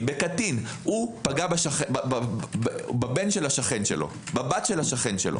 הוא פגע בבן של השכן שלו, בבת של השכן שלו.